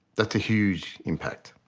that's a huge impact.